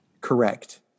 Correct